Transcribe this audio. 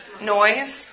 Noise